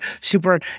super